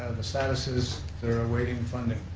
the status is they're awaiting funding.